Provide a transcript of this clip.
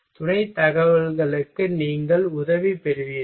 துணை தகவல்களுக்கு நீங்கள் உதவி பெறுகிறீர்கள்